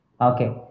okay